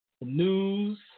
news